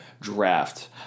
draft